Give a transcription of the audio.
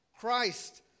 Christ